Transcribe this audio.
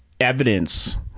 evidence